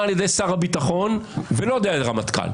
על ידי שר הביטחון ולא על ידי הרמטכ"ל,